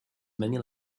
many